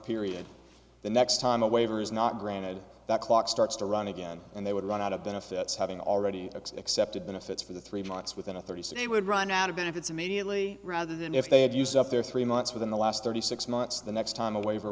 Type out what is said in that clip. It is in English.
period the next time a waiver is not granted that clock starts to run again and they would run out of then if that's having already accepted benefits for the three months within a thirty city would run out of benefits immediately rather than if they had used up their three months within the last thirty six months the next time a waiver